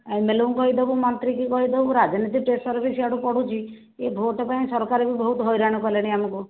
ଏମଏଲଏଙ୍କୁ କହିଦେବୁ ମନ୍ତ୍ରୀକି କହିଦେବୁ ରାଜନୀତି ପ୍ରେସର୍ ବି ସିଆଡ଼ୁ ପଡ଼ୁଛି ଏ ଭୋଟ୍ ପାଇଁ ସରକାର ବି ବହୁତ ହଇରାଣ କଲେଣି ଆମକୁ